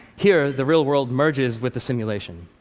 here, the real world merges with the simulation.